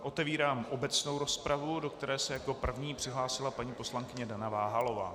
Otevírám obecnou rozpravu, do které se jako první přihlásila paní poslankyně Dana Váhalová.